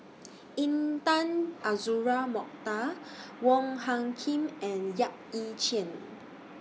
Intan Azura Mokhtar Wong Hung Khim and Yap Ee Chian